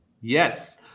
Yes